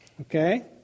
Okay